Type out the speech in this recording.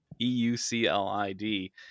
E-U-C-L-I-D